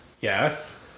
Yes